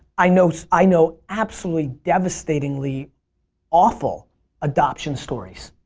i know i know absolutely devastatingly awful adoption stories.